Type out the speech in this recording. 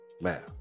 Man